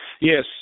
Yes